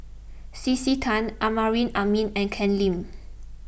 C C Tan Amrin Amin and Ken Lim